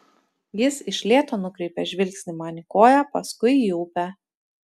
jis iš lėto nukreipia žvilgsnį man į koją paskui į upę